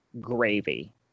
gravy